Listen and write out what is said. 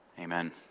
Amen